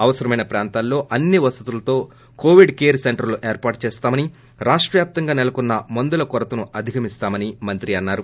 అవసరమైన ప్రాంతాల్లో అన్ని వసతులతో కొవిడ్ కేర్ సెంటర్లను ఏర్పాటు చేస్తామని రాష్ట వ్యాప్తంగా నెలకొన్న మందుల కొరతను అధిగమిస్తామని అన్నారు